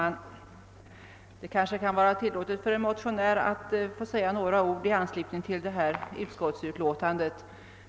Herr talman! Det kan kanske vara tilllåtet för en motionär att säga några ord i anslutning till det här utskottsutlåtandet.